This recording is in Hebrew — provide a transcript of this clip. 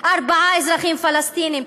פלסטינים, ארבעה אזרחים פלסטינים,